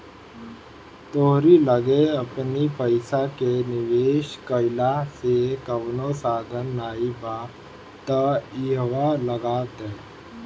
तोहरी लगे अपनी पईसा के निवेश कईला के कवनो साधन नाइ बा तअ इहवा लगा दअ